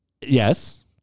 yes